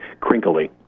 crinkly